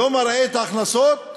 לא מראים את ההכנסות?